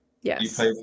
Yes